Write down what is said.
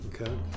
Okay